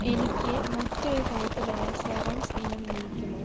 എനിക്ക് മറ്റൊരു തരത്തിലുള്ള സെറംസ് ഇനം ലഭിക്കുമോ